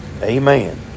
Amen